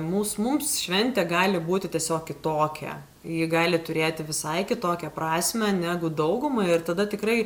mūs mums šventė gali būti tiesiog kitokia ji gali turėti visai kitokią prasmę negu daugumai ir tada tikrai